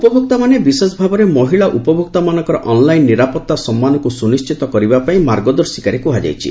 ଉପଭୋକ୍ତାମାନେ ବିଶେଷଭାବରେ ମହିଳା ଉପଭୋକ୍ତାମାନଙ୍କର ଅନ୍ଲାଇନ୍ ନିରାପତ୍ତା ସମ୍ମାନକୁ ସୁନିଶ୍ଚିତ କରିବାପାଇଁ ମାର୍ଗଦର୍ଶିକାରେ କୁହାଯାଇଛି